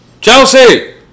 Chelsea